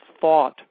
thought